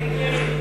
סעיף 1,